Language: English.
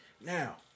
Now